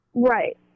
Right